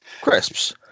crisps